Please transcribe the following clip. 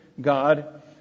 God